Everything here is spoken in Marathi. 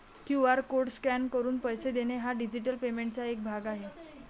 क्यू.आर कोड स्कॅन करून पैसे देणे हा डिजिटल पेमेंटचा एक भाग आहे